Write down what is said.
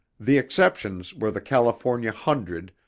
the exceptions were the california hundred,